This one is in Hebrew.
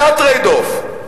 זה ה-trade off.